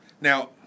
Now